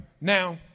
Now